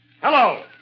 Hello